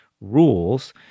rules